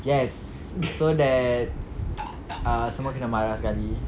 yes so that ah semua kena marah sekali